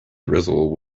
drizzle